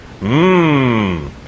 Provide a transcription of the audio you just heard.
Mmm